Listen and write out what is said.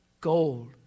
Gold